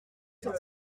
cet